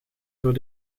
voor